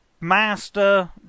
Master